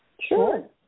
Sure